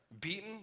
Beaten